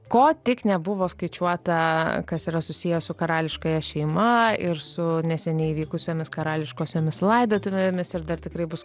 ko tik nebuvo skaičiuota kas yra susiję su karališkąja šeima ir su neseniai vykusiomis karališkosiomis laidotuvėmis ir dar tikrai bus